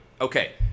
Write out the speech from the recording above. Okay